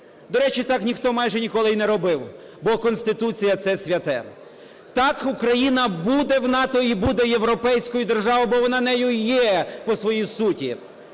До речі, так ніхто майже ніколи і не робив, бо Конституція – це святе. Так, Україна буде в НАТО і буде європейською державою, бо вона нею і є по своїй суті.